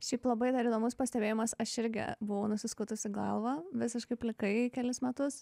šiaip labai dar įdomus pastebėjimas aš irgi buvau nusiskutusi galvą visiškai plikai kelis metus